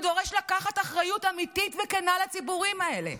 זה דורש לקחת אחריות אמיתית וכנה על הציבורים האלה.